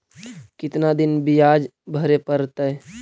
कितना दिन बियाज भरे परतैय?